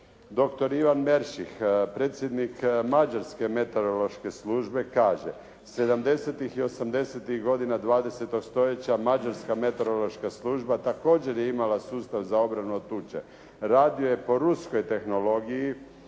Doktor Ivan Merschih, predsjednik mađarske meteorološke službe kaže: «Sedamdesetih i osamdesetih godina 20. stoljeća mađarska meteorološka služba također je imala sustav za obranu od tuče. Radio je po ruskoj tehnologiji